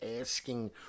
asking